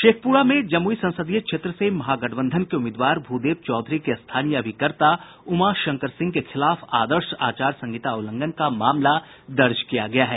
शेखप्रा में जम्रई संसदीय क्षेत्र से महागठबंधन के उम्मीदवार भूदेव चौधरी के स्थानीय अभिकर्ता उमाशंकर सिंह के खिलाफ आदर्श आचार संहिता उल्लंघन का मामला दर्ज किया गया है